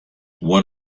what